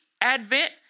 advent